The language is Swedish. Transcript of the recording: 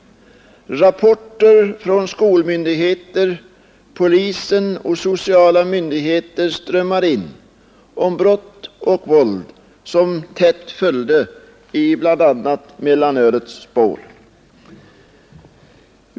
Rapporter från skolmyndigheter, polisen och sociala myndigheter om brott och våld som tätt följde i bland annat mellanölets spår strömmade in.